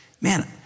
man